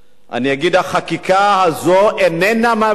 אני אגיד שהחקיקה הזאת איננה מבדילה